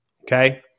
okay